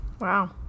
Wow